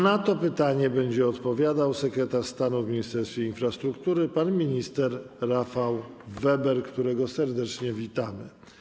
Na to pytanie będzie odpowiadał sekretarz stanu w Ministerstwie Infrastruktury pan minister Rafał Weber, którego serdecznie witamy.